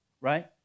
right